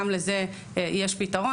גם לזה יש פתרון.